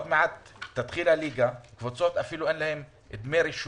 אנחנו מדברים